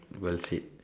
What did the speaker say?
well said